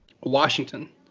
Washington